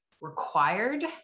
required